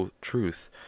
truth